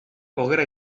poguera